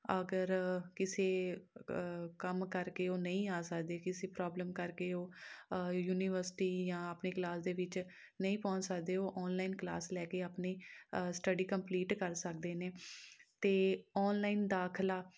ਅਗਰ ਕਿਸੇ ਕੰਮ ਕਰਕੇ ਉਹ ਨਹੀਂ ਆ ਸਕਦੇ ਕਿਸੇ ਪ੍ਰੋਬਲਮ ਕਰਕੇ ਉਹ ਯੂਨੀਵਰਸਿਟੀ ਜਾਂ ਆਪਣੀ ਕਲਾਸ ਦੇ ਵਿੱਚ ਨਹੀਂ ਪਹੁੰਚ ਸਕਦੇ ਉਹ ਔਨਲਾਈਨ ਕਲਾਸ ਲੈ ਕੇ ਆਪਣੀ ਸਟੱਡੀ ਕੰਪਲੀਟ ਕਰ ਸਕਦੇ ਨੇ ਅਤੇ ਔਨਲਾਈਨ ਦਾਖਲਾ